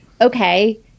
okay